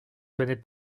connais